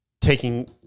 taking